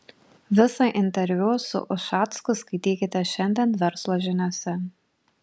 visą interviu su ušacku skaitykite šiandien verslo žiniose